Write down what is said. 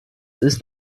ist